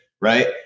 right